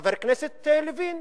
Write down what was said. חבר הכנסת לוין.